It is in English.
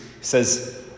says